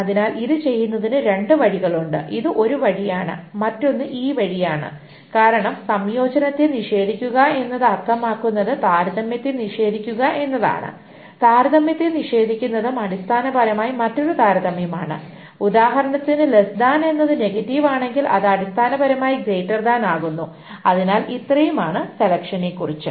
അതിനാൽ ഇത് ചെയ്യുന്നതിന് രണ്ട് വഴികളുണ്ട് ഇത് ഒരു വഴിയാണ് മറ്റൊന്ന് ഈ വഴിയാണ് കാരണം സംയോജനത്തെ നിഷേധിക്കുക എന്നത് അർത്ഥമാക്കുന്നത് താരതമ്യത്തെ നിഷേധിക്കുക എന്നാണ് താരതമ്യത്തെ നിഷേധിക്കുന്നതും അടിസ്ഥാനപരമായി മറ്റൊരു താരതമ്യമാണ് ഉദാഹരണത്തിന് ലെസ്സ് താൻ എന്നത് നെഗറ്റീവ് ആണെങ്കിൽ അത് അടിസ്ഥാനപരമായി ഗ്രെയ്റ്റർ താൻ ആകുന്നു അതിനാൽ ഇത്രയുമാണ് സെലക്ട് നെക്കുറിച്ച്